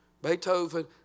Beethoven